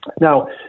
Now